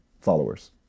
followers